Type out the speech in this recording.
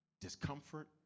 Discomfort